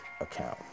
account